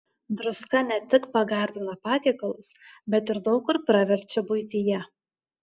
druska ne tik pagardina patiekalus bet ir daug kur praverčia buityje